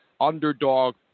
underdog